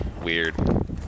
weird